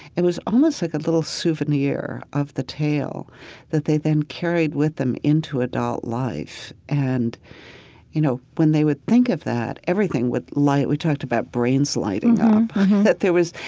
it was almost like a little souvenir of the tale that they then carried with them into adult life. and you know, when they would think of that everything with light we talked about brain sliding up um that there was,